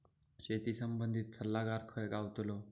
शेती संबंधित सल्लागार खय गावतलो?